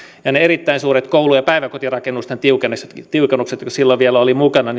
ja ne erittäin suuret koulu ja päiväkotirakennusten tiukennuksetkin jotka silloin vielä olivat mukana